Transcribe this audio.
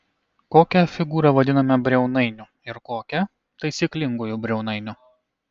kokią figūrą vadiname briaunainiu ir kokią taisyklinguoju briaunainiu